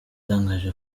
yatangaje